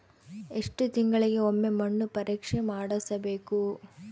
ಎಷ್ಟು ತಿಂಗಳಿಗೆ ಒಮ್ಮೆ ಮಣ್ಣು ಪರೇಕ್ಷೆ ಮಾಡಿಸಬೇಕು?